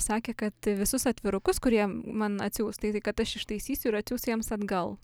sakė kad visus atvirukus kur jie man atsiųs tai kad aš ištaisysiu ir atsiųsiu jiems atgal